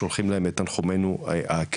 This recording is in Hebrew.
שולחים להם את תנחומנו הכנים.